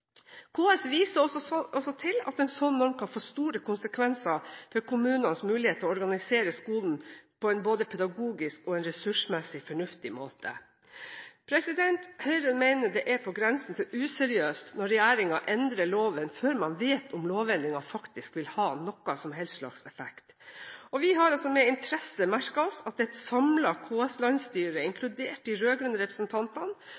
KS viser også til at en slik norm kan få store konsekvenser for kommunenes muligheter til å organisere skolen på en både pedagogisk og ressursmessig fornuftig måte. Høyre mener det er på grensen til å være useriøst når regjeringen endrer loven før man vet om lovendringen faktisk vil ha noen som helst effekt. Vi har også med interesse merket oss at det er et